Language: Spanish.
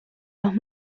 los